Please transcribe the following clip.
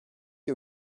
qui